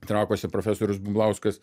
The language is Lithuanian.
trakuose profesorius bumblauskas